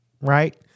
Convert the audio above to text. right